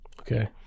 Okay